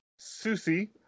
Susie